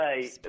say